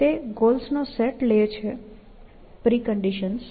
તે ગોલ્સનો સેટ લઈ રહ્યો છે પ્રિકન્ડિશન્સ